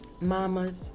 mamas